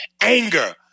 anger